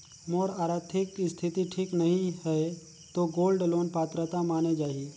मोर आरथिक स्थिति ठीक नहीं है तो गोल्ड लोन पात्रता माने जाहि?